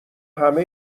همه